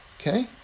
Okay